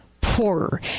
poorer